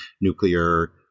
nuclear